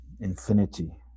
infinity